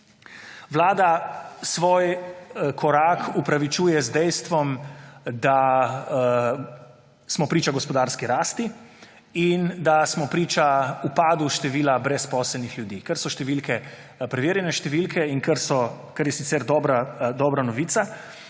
Vlada svoj korak upravičuje z dejstvom, da smo priča gospodarski rasti in da smo priča upadu števila brezposelnih ljudi, ker so številke preverjene, kar je sicer dobra novica.